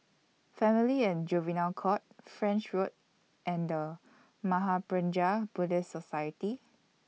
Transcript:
Family and Juvenile Court French Road and The Mahaprajna Buddhist Society